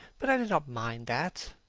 but i did not mind that.